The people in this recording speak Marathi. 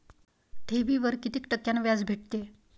ठेवीवर कितीक टक्क्यान व्याज भेटते?